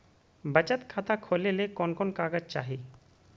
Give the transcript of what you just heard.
बचत खाता खोले ले कोन कोन कागज चाही?